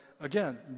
again